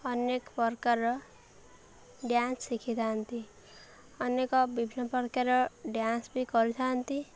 ଅନେକ ପ୍ରକାର ଡ୍ୟାନ୍ସ ଶିଖିଥାନ୍ତି ଅନେକ ବିଭିନ୍ନ ପ୍ରକାର ଡ୍ୟାନ୍ସବି କରିଥାନ୍ତି